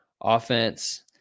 offense